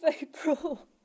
April